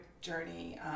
journey